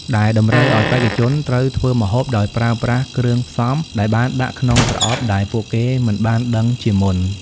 ដែលតម្រូវឲ្យបេក្ខជនត្រូវធ្វើម្ហូបដោយប្រើប្រាស់គ្រឿងផ្សំដែលបានដាក់ក្នុងប្រអប់ដែលពួកគេមិនបានដឹងជាមុន។